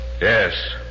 Yes